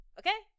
okay